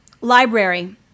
Library